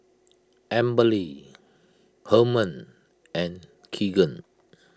Amberly Herman and Keegan